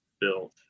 built